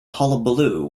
hullabaloo